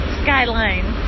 skyline